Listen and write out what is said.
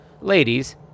Ladies